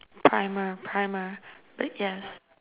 primer primer but yes